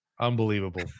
Unbelievable